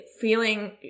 feeling